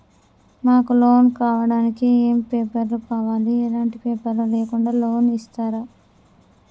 మాకు లోన్ కావడానికి ఏమేం పేపర్లు కావాలి ఎలాంటి పేపర్లు లేకుండా లోన్ ఇస్తరా?